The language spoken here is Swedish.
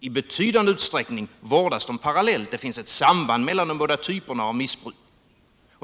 I betydande utsträckning vårdas dessa parallellt. Det finns ett samband mellan de båda typerna av missbruk.